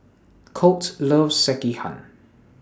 Colt loves Sekihan